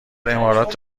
امارات